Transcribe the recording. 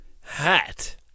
hat